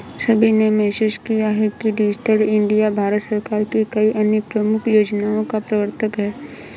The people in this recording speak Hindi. सभी ने महसूस किया है कि डिजिटल इंडिया भारत सरकार की कई अन्य प्रमुख योजनाओं का प्रवर्तक है